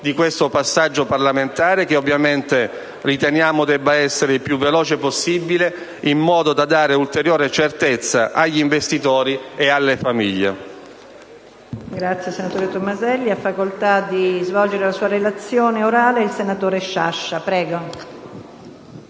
di questo passaggio parlamentare, che ovviamente riteniamo debba essere il più veloce possibile per dare ulteriore certezza agli investitori e alle famiglie.